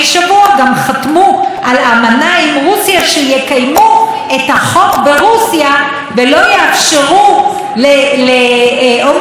שיקיימו את החוק ברוסיה ולא יאפשרו להומוסקסואלים ישראלים לאמץ ברוסיה.